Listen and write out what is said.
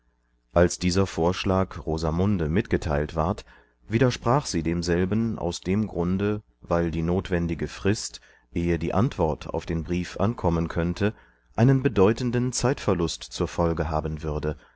als dieser vorschlag rosamunde mitgeteilt ward widersprach sie demselben aus dem grunde weil die notwendige frist ehe die antwort auf den brief ankommen könnte einen bedeutenden zeitverlust zur folge haben würde